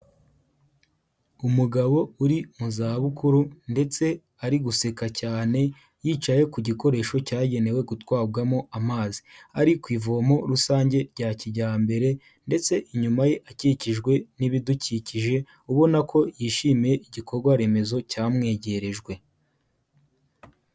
Umugabo uri mu zabukuru ndetse ari guseka cyane yicaye ku gikoresho cyagenewe gutwarwamo amazi, ari ku ivomo rusange rya kijyambere ndetse inyuma ye akikijwe n'ibidukikije ubona ko yishimiye igikorwa remezo cyamwegerejwe.